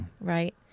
right